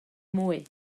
mwy